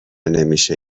نمیشه